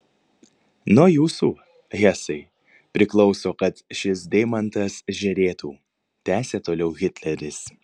nuo jūsų hesai priklauso kad šis deimantas žėrėtų tęsė toliau hitleris